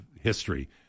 history